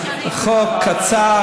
זה חוק קצר,